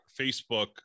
Facebook